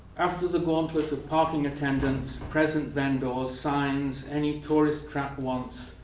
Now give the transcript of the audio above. after the gauntlet of parking attendants, present vendors, signs any tourist trap wants,